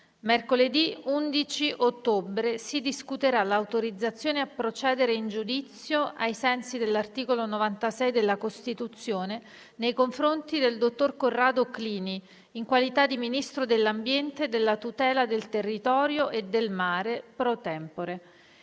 Mercoledì 11 ottobre si discuterà l'autorizzazione a procedere in giudizio, ai sensi dell'articolo 96 della Costituzione, nei confronti del dottor Corrado Clini, in qualità di Ministro dell'ambiente, della tutela del territorio e del mare *pro tempore*.